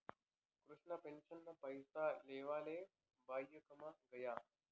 कृष्णा पेंशनना पैसा लेवाले ब्यांकमा गया